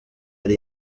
ari